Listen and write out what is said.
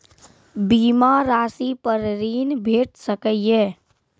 बीमा रासि पर ॠण भेट सकै ये?